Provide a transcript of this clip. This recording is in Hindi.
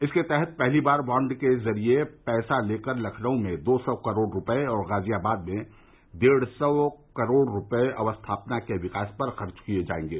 इसके तहत पहली बार बॉण्ड के जरिये पैसा लेकर लखनऊ में दो सौ करोड़ रूपये और गाजियाबाद में डेढ़ सौ करोड़ रूपये अवस्थापना के विकास पर खर्च किये जायेंगे